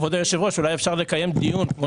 כבוד היושב-ראש, אולי אפשר לקיים דיון?